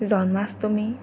Janmashtami